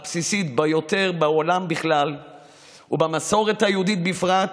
הבסיסית ביותר בעולם בכלל ובמסורת היהודית בפרט,